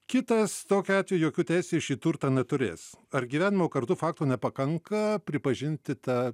kitas tokiu atveju jokių teisių į šį turtą neturės ar gyvenimo kartu fakto nepakanka pripažinti tą